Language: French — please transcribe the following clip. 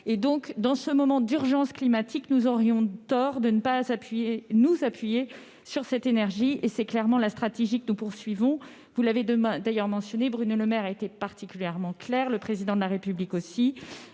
Aussi, dans ce moment d'urgence climatique, nous aurions tort de ne pas nous appuyer dessus. C'est clairement la stratégie que nous suivons. Vous l'avez d'ailleurs mentionné, Bruno Le Maire a été particulièrement clair, tout comme le Président de la République ou